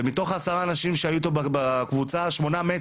ומתוך עשרה אנשים שהיו אתו בקבוצה, שמונה מתו.